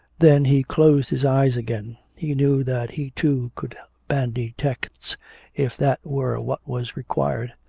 then he closed his eyes again. he knew that he, too, could bandy texts if that were what was required.